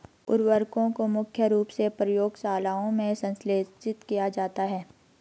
उर्वरकों को मुख्य रूप से प्रयोगशालाओं में संश्लेषित किया जाता है